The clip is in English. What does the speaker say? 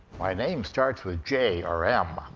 my name starts with j or m?